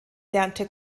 lernte